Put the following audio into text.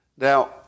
Now